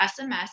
SMS